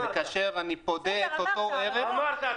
וכאשר אני פודה את אותו ערך --- אמרת,